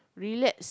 relax